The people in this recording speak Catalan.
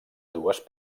dues